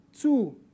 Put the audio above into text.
Two